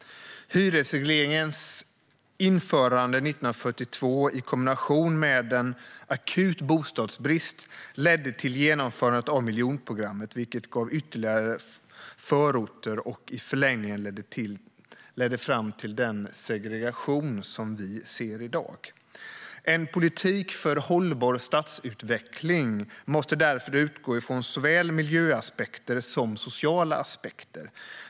Hyresregleringens införande 1942 i kombination med en akut bostadsbrist ledde till genomförandet av miljonprogrammet, vilket gav ytterligare förorter och i förlängningen ledde fram till den segregation vi ser i dag. En politik för hållbar stadsutveckling måste därför utgå från såväl miljöaspekter som sociala aspekter.